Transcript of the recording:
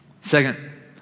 second